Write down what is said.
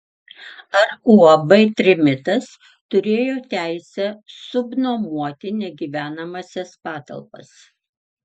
ar uab trimitas turėjo teisę subnuomoti negyvenamąsias patalpas